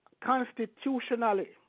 constitutionally